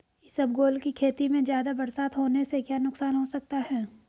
इसबगोल की खेती में ज़्यादा बरसात होने से क्या नुकसान हो सकता है?